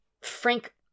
Frank